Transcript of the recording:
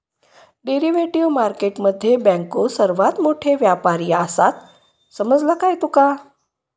Derivative market मध्ये बँको सर्वात मोठे व्यापारी आसात, समजला काय तुका?